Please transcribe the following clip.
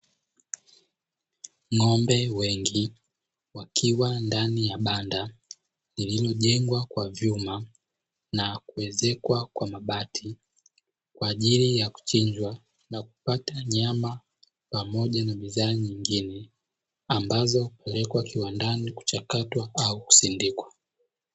Ng'ombe wengi wakiwa ndani ya banda liliojengwa kwa vyuma na kuezekwa Kwa mabati kwa ajili ya kuchinjwa na kupata nyama pamoja na bidhaa nyingine ambazo zinapelekwa kuchakatwa au kusindikwa.